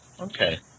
Okay